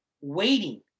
waiting